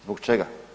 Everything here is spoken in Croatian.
Zbog čega?